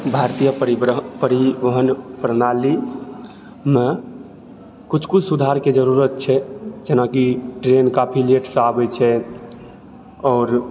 भारतीय परिवरः परिवहन प्रणाली मे किछु किछु सुधार के जरूरत छै जेनाकि ट्रेन काफी लेट सऽ आबै छै आओर